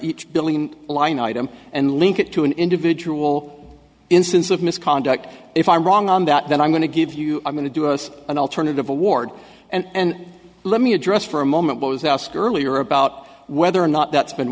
each billing line item and link it to an individual instance of misconduct if i'm wrong on that then i'm going to give you i'm going to do us an alternative award and let me address for a moment what was asked earlier about whether or not that's been